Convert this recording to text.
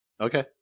Okay